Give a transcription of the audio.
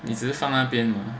你只是放在那边吗